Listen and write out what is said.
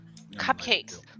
cupcakes